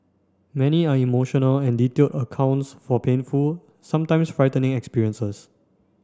many are emotional and detailed accounts for painful sometimes frightening experiences